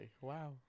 wow